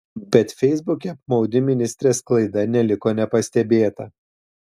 bet feisbuke apmaudi ministrės klaida neliko nepastebėta